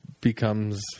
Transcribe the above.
becomes